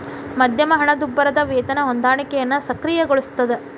ಮಧ್ಯಮ ಹಣದುಬ್ಬರದ್ ವೇತನ ಹೊಂದಾಣಿಕೆಯನ್ನ ಸಕ್ರಿಯಗೊಳಿಸ್ತದ